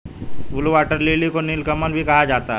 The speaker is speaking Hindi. ब्लू वाटर लिली को नीलकमल भी कहा जाता है